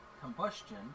combustion